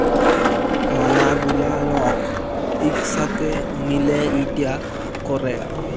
ম্যালা গুলা লক ইক সাথে মিলে ইটা ক্যরে